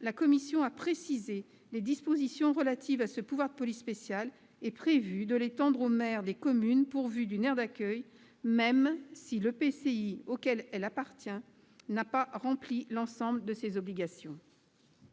la commission a précisé les dispositions relatives à ce pouvoir de police spéciale et prévu de l'étendre aux maires des communes pourvues d'une aire d'accueil, même si l'EPCI auquel elles appartiennent n'a pas rempli l'ensemble de ses obligations.